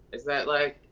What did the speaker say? is that, like,